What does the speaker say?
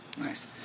Nice